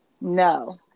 No